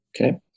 Okay